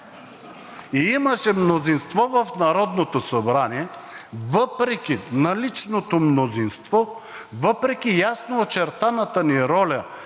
и имаше мнозинство в Народното събрание. Въпреки наличното мнозинство, въпреки ясно очертаната ни роля,